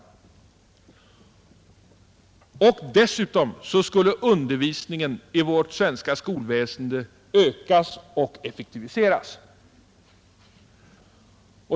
Dessutom skulle undervisningen i vårt skolväsende ökas och effektiviseras.